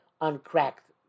uncracked